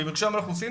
במרשם האוכלוסין,